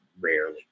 rarely